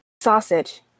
Sausage